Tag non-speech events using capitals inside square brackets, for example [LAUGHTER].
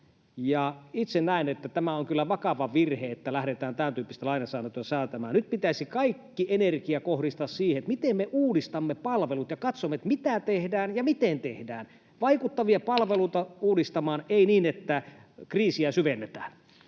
Itse näen, että tämä on kyllä vakava virhe, että lähdetään tämäntyyppistä lainsäädäntöä säätämään. Nyt pitäisi kaikki energia kohdistaa siihen, miten me uudistamme palvelut, ja katsoa, mitä tehdään ja miten tehdään. [NOISE] Vaikuttavia palveluita uudistamaan, ei niin, että kriisiä syvennetään.